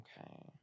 Okay